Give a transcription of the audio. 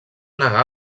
negar